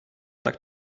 tak